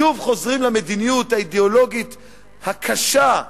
שוב חוזרים למדיניות האידיאולוגית הקשה,